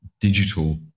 digital